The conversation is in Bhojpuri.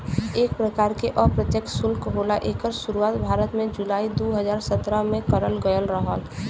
एक परकार के अप्रत्यछ सुल्क होला एकर सुरुवात भारत में जुलाई दू हज़ार सत्रह में करल गयल रहल